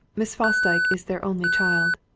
miss fosdyke is their only child.